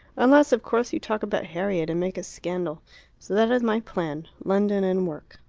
unless, of course, you talk about harriet and make a scandal. so that is my plan london and work.